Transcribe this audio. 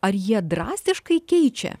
ar jie drastiškai keičia